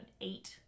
eight